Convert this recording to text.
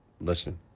Listen